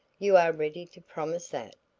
you are ready to promise that,